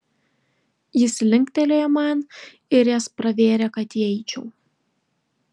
jis linktelėjo man ir jas pravėrė kad įeičiau